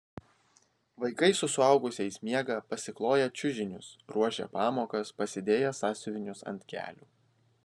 vaikai su suaugusiais miega pasikloję čiužinius ruošia pamokas pasidėję sąsiuvinius ant kelių